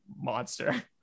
monster